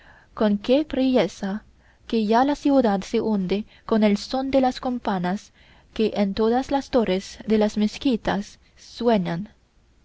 con qué priesa que ya la ciudad se hunde con el son de las campanas que en todas las torres de las mezquitas suenan